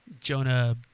Jonah